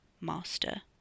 Master